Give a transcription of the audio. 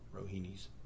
Rohini's